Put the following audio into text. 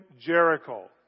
Jericho